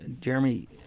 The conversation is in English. Jeremy